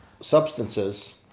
substances